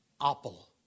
Apple